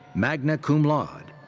magna cum laude.